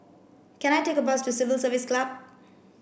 can I take a bus to Civil Service Club